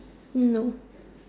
no